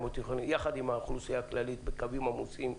או תיכון יחד עם האוכלוסייה הכללית בקווים עמוסים.